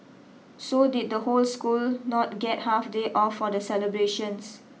so did the whole school not get half day off for the celebrations